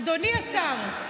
אדוני השר,